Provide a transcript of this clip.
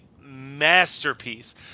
masterpiece